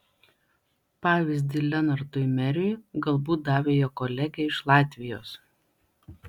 pavyzdį lenartui meriui galbūt davė jo kolegė iš latvijos